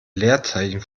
leerzeichen